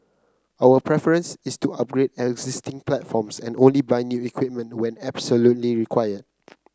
our preference is to upgrade existing platforms and only buy new equipment when absolutely required